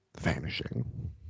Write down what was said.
Vanishing